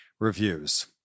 Reviews